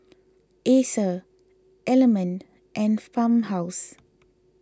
Acer Element and Farmhouse